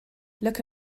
look